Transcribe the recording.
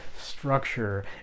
structure